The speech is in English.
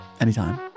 anytime